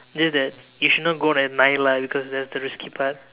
just that you should not go at night lah because that's the risky part